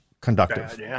conductive